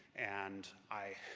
and i